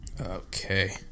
Okay